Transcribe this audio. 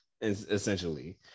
essentially